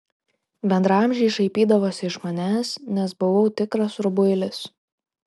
bendraamžiai šaipydavosi iš manęs nes buvau tikras rubuilis